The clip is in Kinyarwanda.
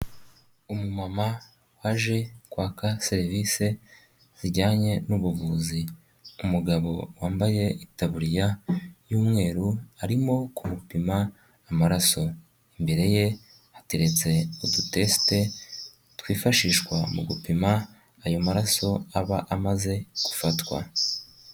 Umumama waje kwaka serivisi zijyanye n'ubuvuzi, umugabo wambaye itaburiya y'umweru arimo kumupima amaraso, imbere ye ateretse udutesite twifashishwa mu gupima ayo maraso aba amaze gufatwa.